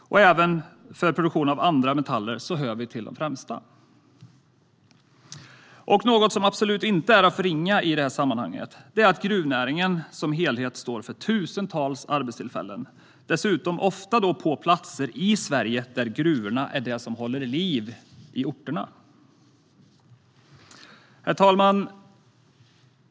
Även när det gäller produktion av andra metaller hör vi till de främsta. Något som absolut inte är att förringa i detta sammanhang är att gruvnäringen som helhet står för tusentals arbetstillfällen, dessutom ofta på platser i Sverige där det är gruvorna som håller liv i orterna. Herr talman!